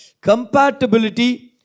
Compatibility